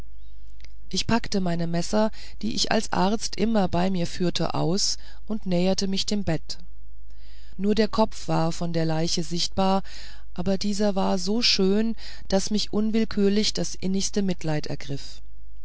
ich packte meine messer die ich als arzt immer bei mir führte aus und näherte mich dem bett nur der kopf war von der leiche sichtbar aber dieser war so schön daß mich unwillkürlich das innigste mitleiden ergriff